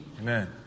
Amen